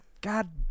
God